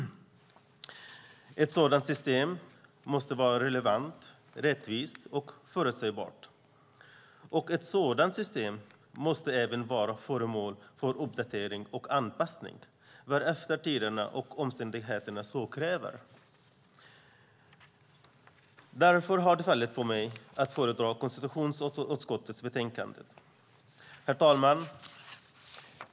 Ett sådant system måste vara relevant, rättvist och förutsägbart. Ett sådant system måste även vara föremål för uppdatering och anpassning allteftersom tiderna och omständigheterna så kräver. Därför har det fallit på mig att föredra konstitutionsutskottets betänkande. Herr talman!